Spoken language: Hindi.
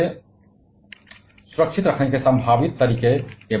और हमें उससे सुरक्षित रखने के संभावित तरीके